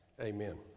amen